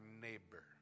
neighbor